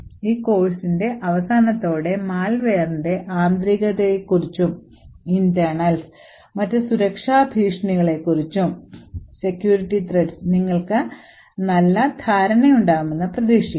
ഈ കോഴ്സിന്റെ അവസാനത്തോടെ malwareന്റെ ആന്തരികത്തെക്കുറിച്ചും മറ്റ് സുരക്ഷാ ഭീഷണികളെക്കുറിച്ചും നിങ്ങൾക്ക് നല്ല ധാരണയുണ്ടാകുമെന്ന് പ്രതീക്ഷിക്കാം